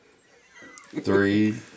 Three